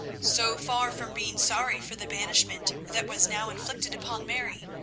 so far from being sorry for the banishment that was now inflicted upon mary,